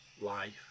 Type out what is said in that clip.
life